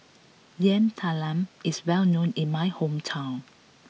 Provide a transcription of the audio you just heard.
Yam Talam is well known in my hometown